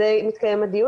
המצב